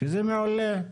שזה מעולה,